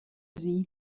sie